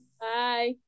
Bye